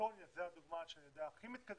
אסטוניה זו הדוגמה שאני יודע שהכי מתקדמת.